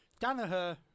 Danaher